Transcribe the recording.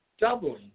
doubling